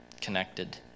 connected